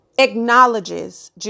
acknowledges